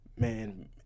Man